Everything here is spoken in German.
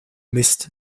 mist